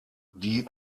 die